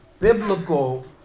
biblical